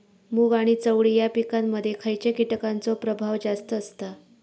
मूग आणि चवळी या पिकांमध्ये खैयच्या कीटकांचो प्रभाव जास्त असता?